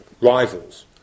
rivals